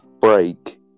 break